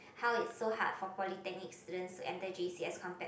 how it's so hard for polytechnic students to enter J_C as compared